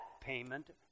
payment